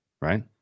right